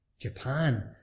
Japan